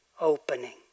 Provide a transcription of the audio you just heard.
opening